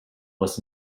was